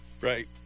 Right